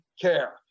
care